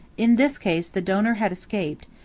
in this case the donor had escaped,